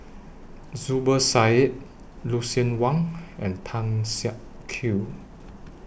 Zubir Said Lucien Wang and Tan Siak Kew